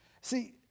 See